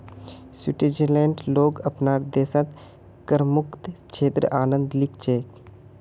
स्विट्जरलैंडेर लोग अपनार देशत करमुक्त क्षेत्रेर आनंद ली छेक